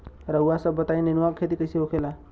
रउआ सभ बताई नेनुआ क खेती कईसे होखेला?